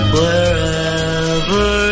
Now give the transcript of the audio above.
Wherever